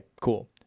cool